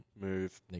move